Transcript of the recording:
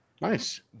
Nice